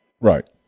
Right